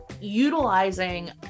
utilizing